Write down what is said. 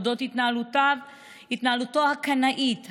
על התנהלותו הקנאית,